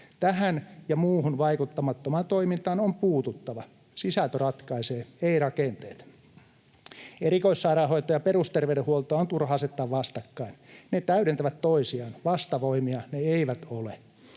Tähän ja muuhun vaikuttamattomaan toimintaan on puututtava. Sisältö ratkaisee, ei rakenteet. Erikoissairaanhoitoa ja perusterveydenhuoltoa on turha asettaa vastakkain. Ne täydentävät toisiaan, vastavoimia ne eivät ole.